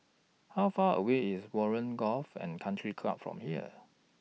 How Far away IS Warren Golf and Country Club from here